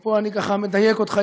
ופה אני מדייק אותך,